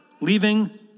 leaving